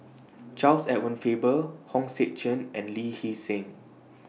Charles Edward Faber Hong Sek Chern and Lee Hee Seng